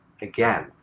again